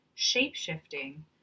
shape-shifting